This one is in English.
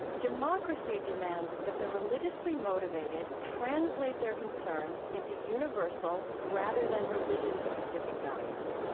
democracy demands that the religiously motivated translate their concerns into universal rather than religion-specific values.